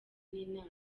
n’inama